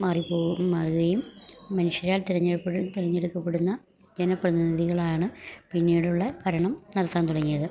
മാറിപ്പോവുക മാറുകയും മനുഷ്യരാൽ തിരഞ്ഞെടുപ്പ തിരഞ്ഞെടുക്കപ്പെടുന്ന ജന പ്രതിനിധികളാണ് പിന്നീടുള്ള ഭരണം നടത്താൻ തുടങ്ങിയത്